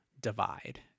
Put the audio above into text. divide